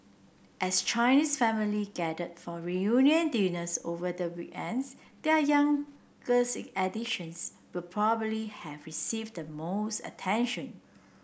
as Chinese families gathered for reunion dinners over the weekend their youngest additions would probably have received the most attention